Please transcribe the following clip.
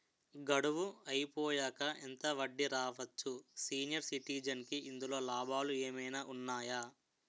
గడువు అయిపోయాక ఎంత వడ్డీ రావచ్చు? సీనియర్ సిటిజెన్ కి ఇందులో లాభాలు ఏమైనా ఉన్నాయా?